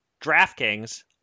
DraftKings